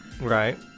Right